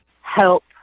help